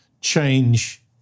change